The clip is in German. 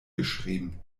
geschrieben